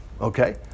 okay